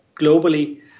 globally